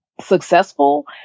successful